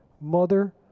mother